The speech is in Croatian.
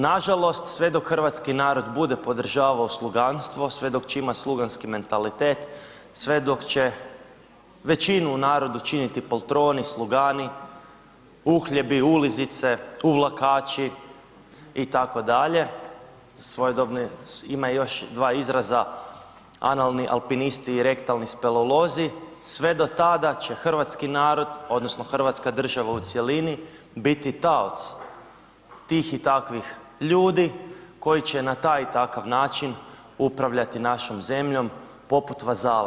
Nažalost sve dok hrvatski narod bude podržavao sluganstvo, sve dok će imati sluganski mentalitet, sve dok će većinu u narodu činiti poltroni, slugani, uhljebi, ulizice, uvlakači itd., svojedobno ima i još dva izraza analni alpinisti i rektarni spelolozi sve do tada će hrvatski narod odnosno Hrvatska država u cjelini biti taoc tih i takvih ljudi koji će na taj i takav način upravljati našom zemljom poput vazala.